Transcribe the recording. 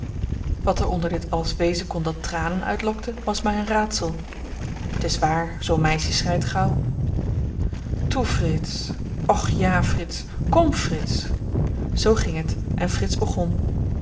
wat er onder dit alles wezen kon dat tranen uitlokte was my een raadsel t is waar zoo'n meisje schreit gauw toe frits och ja frits kom frits zoo ging het en frits begon